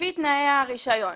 לפי תנאי הרישיון,